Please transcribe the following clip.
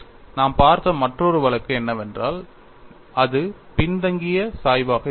நாம் பார்த்த மற்றொரு வழக்கு என்னவென்றால் அது பின்தங்கிய சாய்வாக இருந்தது